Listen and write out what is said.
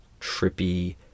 trippy